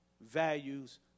values